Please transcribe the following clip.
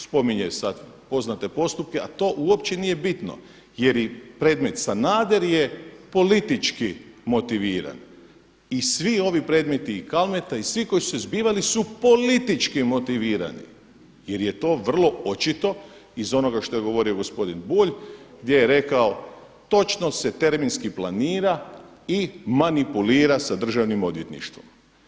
Spominje sada poznate postupke, a to uopće nije bitno jer predmet Sanader je politički motiviran i svi ovi predmeti i Kalmeta i svi koji su se zbivali su politički motivirani jer je to vrlo očito iz onoga što je govorio gospodin Bulj gdje je rekao točno se terminski planira i manipulira sa Državnim odvjetništvo.